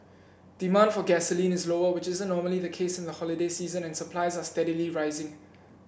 demand for gasoline is lower which isn't normally the case in the holiday season and supplies are steadily rising